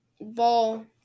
ball